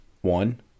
One